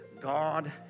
God